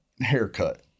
haircut